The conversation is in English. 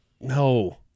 No